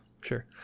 sure